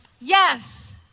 Yes